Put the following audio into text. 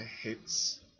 hits